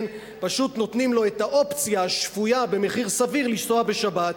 פשוט נותנים לו את האופציה השפויה לנסוע במחיר סביר בשבת.